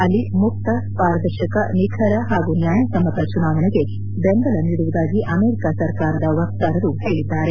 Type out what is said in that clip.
ಅಲ್ಲಿ ಮುಕ್ತ ಪಾರರ್ದಶಕ ನಿಖರ ಹಾಗೂ ನ್ನಾಯಸಮ್ನತ ಚುನಾವಣೆಗೆ ಬೆಂಬಲ ನೀಡುವುದಾಗಿ ಅಮೆರಿಕಾ ಸರ್ಕಾರದ ವಕ್ತಾರರು ತಿಳಿಸಿದ್ದಾರೆ